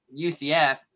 UCF